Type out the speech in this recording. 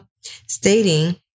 stating